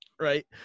right